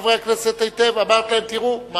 הצגת לחברי הכנסת היטב, אמרת להם: תראו.